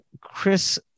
Chris